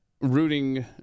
rooting